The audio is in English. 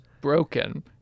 broken